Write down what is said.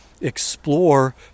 explore